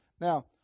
Now